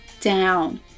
down